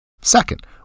Second